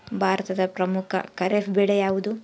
ಭಾರತದ ಪ್ರಮುಖ ಖಾರೇಫ್ ಬೆಳೆ ಯಾವುದು?